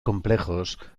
complejos